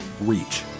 reach